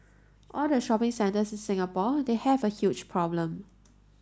all the shopping centres in Singapore they have a huge problem